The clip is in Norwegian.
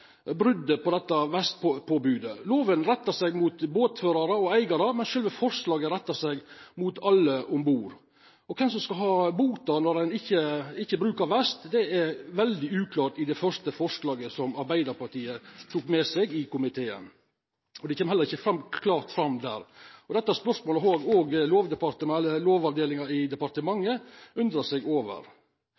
dette vestpåbodet. Loven rettar seg mot båtførarar og båteigarar, men sjølve forslaget rettar seg mot alle om bord. Kven som skal ha bota når ein ikkje bruker vest, er veldig uklart og kom ikkje klart fram i det første forslaget som Arbeidarpartiet tok med seg til komiteen. Dette spørsmålet har Lovavdelinga i departementet undra seg over. I går kunne me lesa i VG at Arbeidarpartiet kritiserte SV og